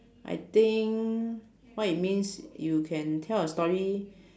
I think what it means you can tell a story